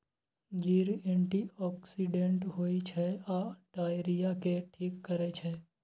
जीर एंटीआक्सिडेंट होइ छै आ डायरिया केँ ठीक करै छै